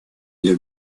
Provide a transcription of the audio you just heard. для